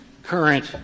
current